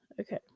Okay